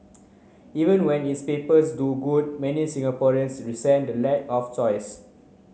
even when its papers do good many Singaporeans resent the lack of choice